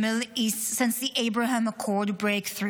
Middle East since the Abraham Accords breakthrough.